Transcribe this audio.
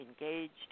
engaged